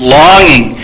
longing